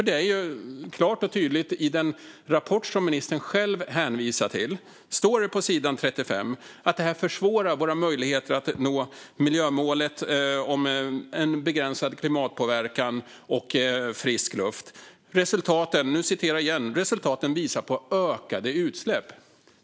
Det är ju klart och tydligt - i den rapport som ministern själv hänvisade till står det på sidan 35 att detta försvårar våra möjligheter att nå miljömålen Begränsad klimatpåverkan och Frisk luft. Det står också att resultaten visar på ökade utsläpp.